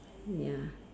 ya